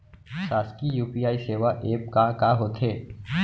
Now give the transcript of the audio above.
शासकीय यू.पी.आई सेवा एप का का होथे?